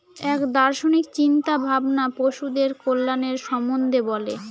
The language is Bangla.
এক দার্শনিক চিন্তা ভাবনা পশুদের কল্যাণের সম্বন্ধে বলে